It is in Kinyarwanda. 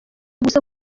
gusa